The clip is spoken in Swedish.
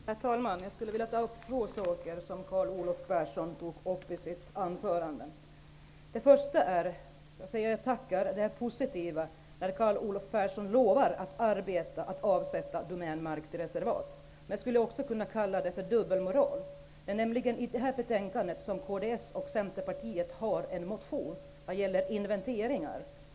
Herr talman! Jag skulle vilja ta upp två saker som Carl Olov Persson berörde i sitt anförande. Jag tackar först för svaret, som var positivt. Carl Olov Persson lovar att arbeta för att avsätta Domänmark för reservat. Men jag skulle också kunna kalla det för dubbelmoral. Det är nämligen i det här betänkandet som en motion från kds och Centerpartiet om inventeringar behandlas.